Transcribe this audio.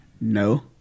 No